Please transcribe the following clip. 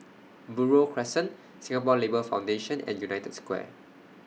Buroh Crescent Singapore Labour Foundation and United Square